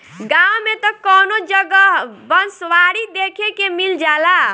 गांव में त कवनो जगह बँसवारी देखे के मिल जाला